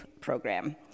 program